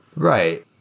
right.